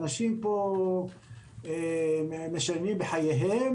אנשים פה משלמים בחייהם,